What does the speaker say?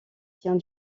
tient